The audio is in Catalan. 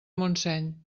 montseny